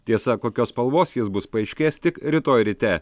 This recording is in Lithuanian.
tiesa kokios spalvos jis bus paaiškės tik rytoj ryte